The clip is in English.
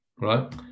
right